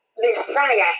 Messiah